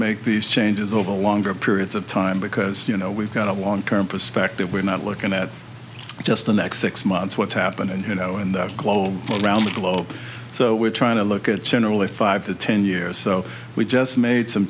make these changes over longer periods of time because you know we've got a long term perspective we're not looking at just the next six months what's happening you know in that glow around the globe so we're trying to look at generally five to ten years so we just made some